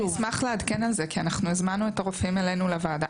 אני אשמח לעדכן על זה כי אנחנו הזמנו את הרופאים אלינו לוועדה.